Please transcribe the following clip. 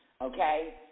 Okay